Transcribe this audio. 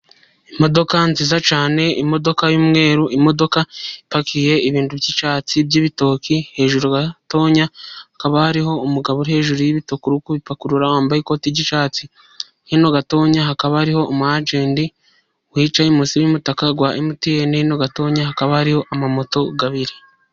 Imodoka nziza cyane imodoka y'umweru. Imodoka ipakiye ibintu by'icyatsi by'ibitoki, hejuru gato hakaba hariho umugabo uri hejuru by'ibitoki kuko arikubipakurura, wambaye ikoti ry'ishatsi. Hino gatotonya hakaba hari umwajendi wicaye musi y'umutaka wa emutiyene. Hirya hakaba hariho amamoto abiri.